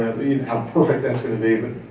how perfect that's going to be, but